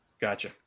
Gotcha